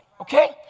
Okay